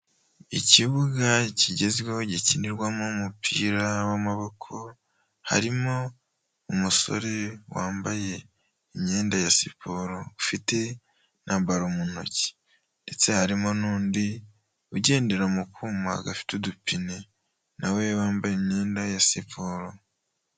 Ikibuga kigezweho gikinirwamo umupira w'amaboko, harimo umusore wambaye imyenda ya siporo ufite na balo mu ntoki ndetse harimo n'undi ugendera mu kuma gafite udupine na we wambaye imyenda ya siporo.